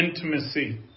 intimacy